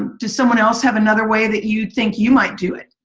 does someone else have another way that you think you might do it?